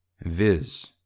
viz